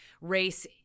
race